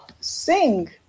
Sing